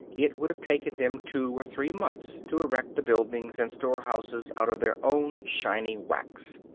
it would have taken them two or three months to erect the buildings and storehouses out of their own shining wax.